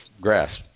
grass